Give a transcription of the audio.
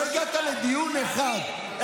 לא הגעת לדיון אחד.